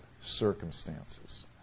circumstances